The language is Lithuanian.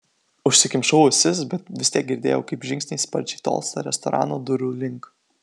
užsikimšau ausis bet vis tiek girdėjau kaip žingsniai sparčiai tolsta restorano durų link